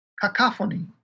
cacophony